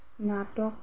স্নাতক